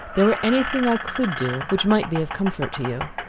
there were any thing i could do, which might be of comfort to you.